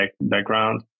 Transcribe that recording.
background